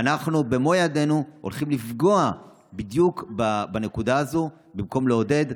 ואנחנו במו ידינו הולכים לפגוע בדיוק בנקודה הזאת במקום לעודד.